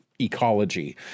ecology